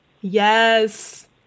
Yes